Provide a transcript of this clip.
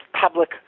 public